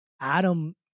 Adam